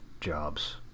jobs